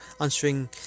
answering